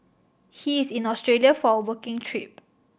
he is in Australia for a working trip